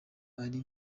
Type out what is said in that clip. ari